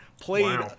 played